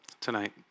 tonight